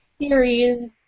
series